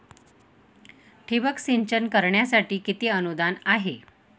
ठिबक सिंचन करण्यासाठी किती अनुदान आहे?